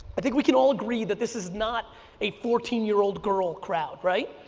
i think we can all agree that this is not a fourteen year old girl crowd, right?